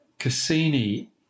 Cassini